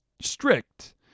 strict